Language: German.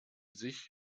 sich